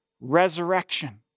resurrection